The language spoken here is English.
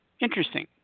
Interesting